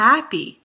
happy